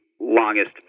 longest